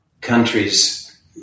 countries